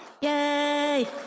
yay